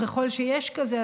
ככל שיש כזה,